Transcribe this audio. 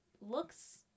looks